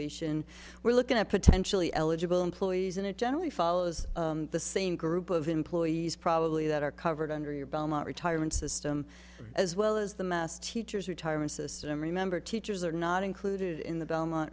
valuation we're looking at potentially eligible employees and it generally follows the same group of employees probably that are covered under your belt retirement system as well as the mass teachers retirement system remember teachers are not included in the belmont